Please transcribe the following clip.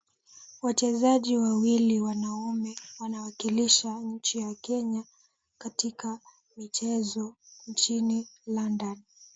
Wachezaji wawili wanaume wanawakilisha nchi ya Kenya katika michezo nchini London .